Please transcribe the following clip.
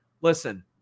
Listen